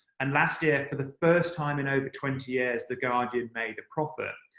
and last year, for the first time in over twenty years, the guardian made a profit.